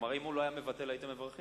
כלומר, אם הוא לא היה מבטל הייתם מברכים?